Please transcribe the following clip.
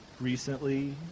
recently